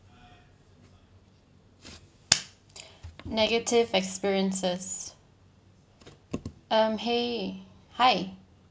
negative experiences um !hey! hi